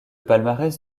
palmarès